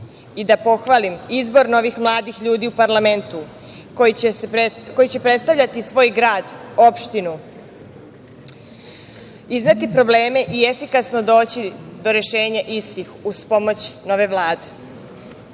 i da pohvalim izbor novih mladih ljudi u parlamentu koji će predstavljati svoj grad, opštinu, izneti probleme i efikasno doći do rešenja istih uz pomoć nove Vlade. Svi